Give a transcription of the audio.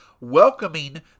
welcoming